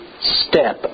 step